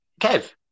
Kev